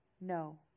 No